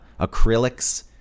acrylics